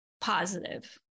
positive